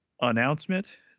announcement